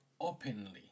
openly